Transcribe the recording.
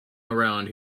around